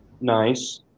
Nice